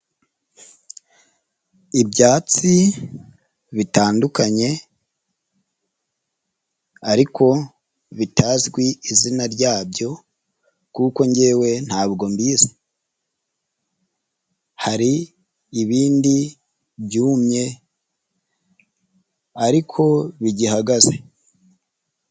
Ibyatsi bitandukanye ariko bitazwi izina ryabyo kuko njyewe ntago mbizi, hari ibindi byumye ariko bigihagaze.